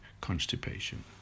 constipation